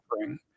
offering